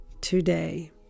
today